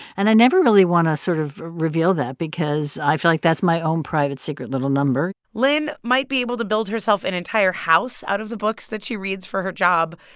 and i never really want to sort of reveal that because i feel like that's my own private, secret, little number lynn might be able to build herself an entire house out of the books that she reads for her job.